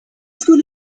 skulle